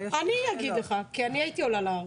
אני אגיד לך, כי אני הייתי עולה להר.